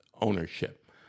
ownership